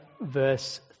verse